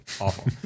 Awful